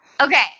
Okay